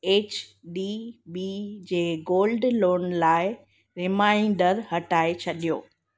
H D B J gold loan लाइ reminder हटाए छॾियो